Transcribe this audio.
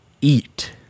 Eat